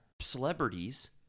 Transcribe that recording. celebrities